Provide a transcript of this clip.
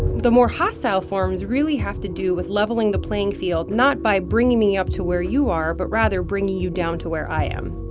the more hostile forms really have to do with leveling the playing field not by bringing me up to where you are but rather bringing you down to where i am